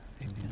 Amen